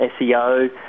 SEO